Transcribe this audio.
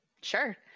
Sure